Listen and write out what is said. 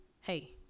Hey